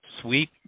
sweet